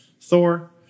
Thor